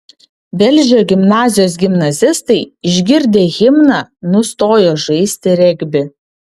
velžio gimnazijos gimnazistai išgirdę himną nustojo žaisti regbį